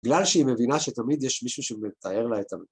בגלל שהיא מבינה שתמיד יש מישהו שמתאר לה את המקום